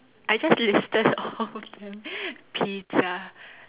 I just listed all of them pizza